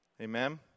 Amen